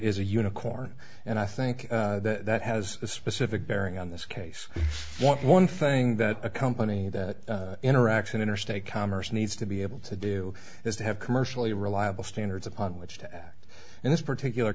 is a unicorn and i think that has a specific bearing on this case one thing that a company that interaction interstate commerce needs to be able to do is to have commercially reliable standards upon which to act in this particular